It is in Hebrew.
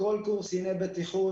בכל קורס קציני בטיחות.